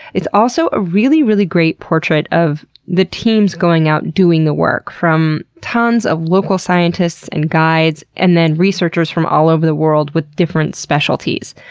it's also a really, really great portrait of the teams going out doing the work, from tons of local scientists and guides, and researchers from all over the world with different specialties.